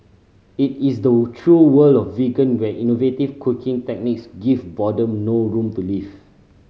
it is the true world of vegan where innovative cooking techniques give boredom no room to live